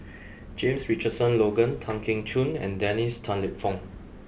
James Richardson Logan Tan Keong Choon and Dennis Tan Lip Fong